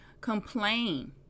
complain